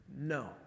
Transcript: No